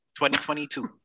2022